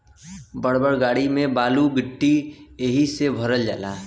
बड़ बड़ गाड़ी में बालू गिट्टी एहि से भरल जाला